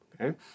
okay